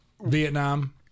Vietnam